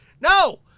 No